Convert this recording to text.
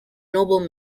noble